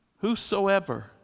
Whosoever